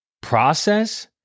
process